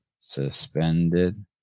Suspended